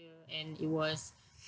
and it was